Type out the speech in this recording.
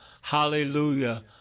hallelujah